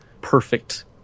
perfect